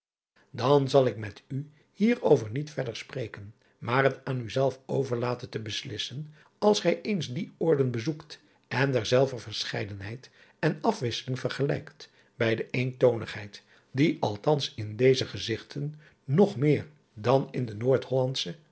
an zal ik met u hierover niet verder spreken maar het aan u zelv overlaten te beslissen als gij eens die oorden bezoekt en derzelver verscheidenheid en afwisseling vergelijkt bij de eentoonigheid die althans in deze gezigten nog meer dan in de